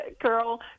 girl